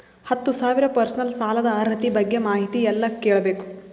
ಹತ್ತು ಸಾವಿರ ಪರ್ಸನಲ್ ಸಾಲದ ಅರ್ಹತಿ ಬಗ್ಗೆ ಮಾಹಿತಿ ಎಲ್ಲ ಕೇಳಬೇಕು?